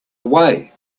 way